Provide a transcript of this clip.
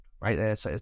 right